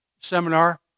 seminar